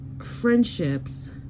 friendships